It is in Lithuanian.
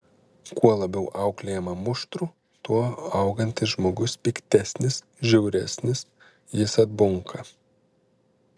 kuo labiau auklėjama muštru tuo augantis žmogus piktesnis žiauresnis jis atbunka